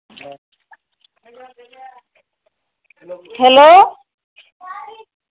hello